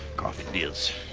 coffee it is.